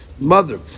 mother